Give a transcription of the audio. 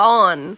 on